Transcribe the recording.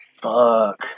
Fuck